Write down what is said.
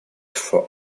for